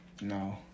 No